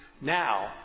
now